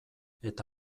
eta